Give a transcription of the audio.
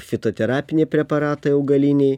fitoterapiniai preparatai augaliniai